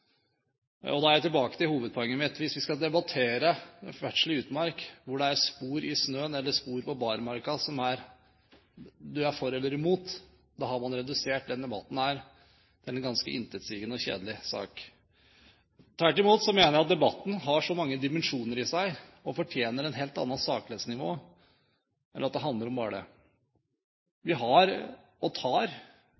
snøen. Da er jeg tilbake til hovedpoenget mitt. Hvis vi skal debattere ferdsel i utmark, og det handler om at det er spor i snøen eller spor på barmarka du er for eller imot, har man redusert denne debatten til en ganske intetsigende og kjedelig sak. Tvert imot mener jeg at debatten har så mange dimensjoner i seg og fortjener et annet saklighetsnivå enn bare å handle om det.